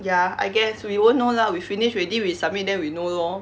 ya I guess we won't know lah we finish ready we submit then we know lor